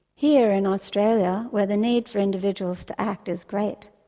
here in australia, while the need for individuals to act is great,